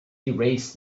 erased